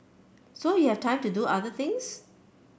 so you have time to do other things